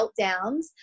meltdowns